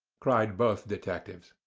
cried both detectives.